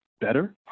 better